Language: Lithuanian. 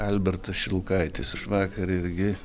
albertas šilkaitis vakar irgi